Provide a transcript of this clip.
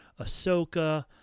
Ahsoka